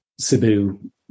Cebu